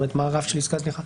מה הרף של עסקה זניחה.